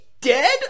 dead